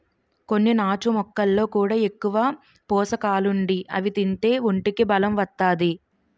కొన్ని నాచు మొక్కల్లో కూడా ఎక్కువ పోసకాలుండి అవి తింతే ఒంటికి బలం ఒత్తాది